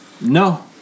no